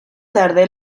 tarde